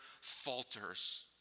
falters